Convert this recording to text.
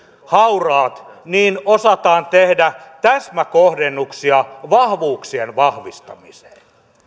hauraat osataan tehdä täsmäkohdennuksia vahvuuksien vahvistamiseen